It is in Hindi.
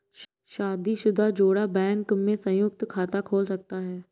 शादीशुदा जोड़ा बैंक में संयुक्त खाता खोल सकता है